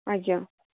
ଆଜ୍ଞା